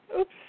Oops